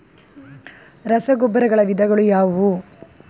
ರಸಗೊಬ್ಬರಗಳ ವಿಧಗಳು ಯಾವುವು?